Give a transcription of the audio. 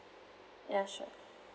ya sure